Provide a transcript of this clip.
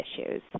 issues